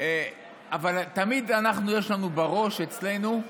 אבל תמיד יש לנו בראש אצלנו,